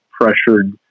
pressured